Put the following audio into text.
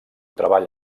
treball